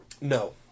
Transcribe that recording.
No